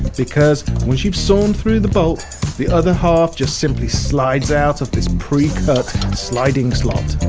because, once you've sawn through the bolt the other half just simply slides out of this pre-cut sliding slot.